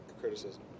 criticism